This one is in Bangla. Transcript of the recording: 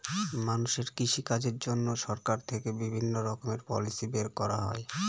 মানুষের কৃষিকাজের জন্য সরকার থেকে বিভিণ্ণ রকমের পলিসি বের করা হয়